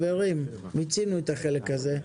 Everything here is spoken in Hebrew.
חברים, מיצינו את החלק הזה.